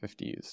50s